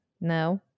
No